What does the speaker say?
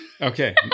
Okay